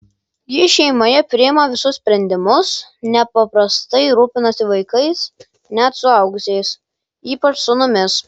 ji šeimoje priima visus sprendimus nepaprastai rūpinasi vaikais net suaugusiais ypač sūnumis